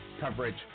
coverage